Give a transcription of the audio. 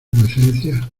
vuecencia